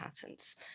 patents